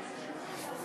חוק חניה לנכים (תיקון